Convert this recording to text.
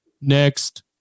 next